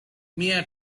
mia